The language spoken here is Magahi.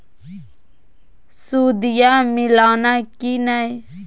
सुदिया मिलाना की नय?